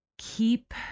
Keep